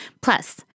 Plus